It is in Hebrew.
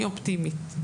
מטבעי אני אופטימית.